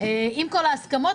עם כלה הסכמות,